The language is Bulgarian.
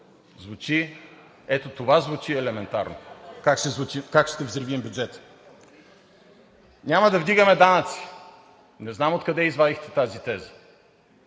бюджет? Ето това звучи елементарно – как ще взривим бюджета. Няма да вдигаме данъци – не знам откъде извадихте тази теза.